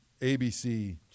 ABC